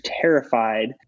terrified